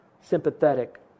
sympathetic